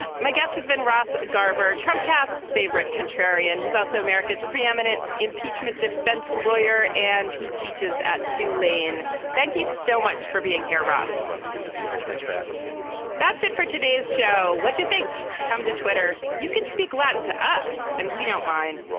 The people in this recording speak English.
and my guest has been ross garber trump cast's favorite contrarian he's also america's preeminent impeachment defense lawyer and he teaches at tulane. thank you so much for being here ross. it's good to be here. thanks for having me. that's it for today's show. what do you think. come to twitter. you can speak latin to us and we don't mind.